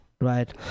right